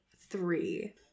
three